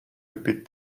repeat